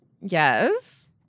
Yes